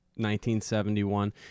1971